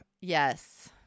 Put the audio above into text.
yes